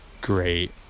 great